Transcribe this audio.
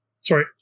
Sorry